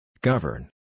Govern